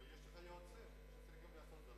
אבל יש לך יועצים שצריכים לעשות את זה,